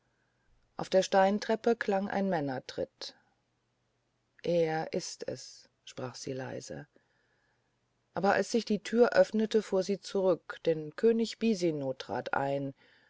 auf der steintreppe klang ein männertritt er ist es sprach sie leise aber als sich die tür öffnete fuhr sie zurück denn könig bisino trat ein